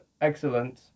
excellent